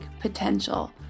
potential